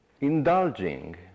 indulging